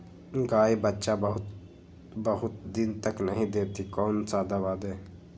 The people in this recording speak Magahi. गाय बच्चा बहुत बहुत दिन तक नहीं देती कौन सा दवा दे?